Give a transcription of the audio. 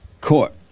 court